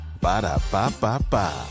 Ba-da-ba-ba-ba